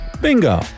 Bingo